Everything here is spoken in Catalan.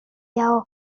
lleó